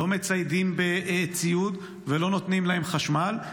לא מציידים בציוד ולא נותנים לו חשמל.